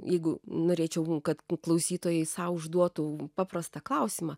jeigu norėčiau kad klausytojai sau užduotų paprastą klausimą